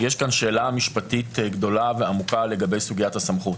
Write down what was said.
יש כאן שאלה משפטית גדולה ועמוקה לגבי סוגיית הסמכות.